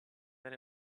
that